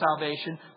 salvation